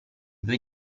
due